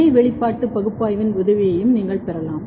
இணை வெளிப்பாடு பகுப்பாய்வின் உதவியையும் நீங்கள் பெற்றுக் கொள்ளலாம்